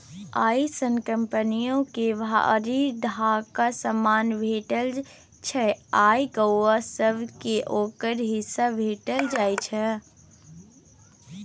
अय सँ कंपनियो के भरि ढाकी समान भेटइ छै आ गौंआ सब केँ ओकर हिस्सा भेंट जाइ छै